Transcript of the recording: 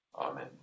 Amen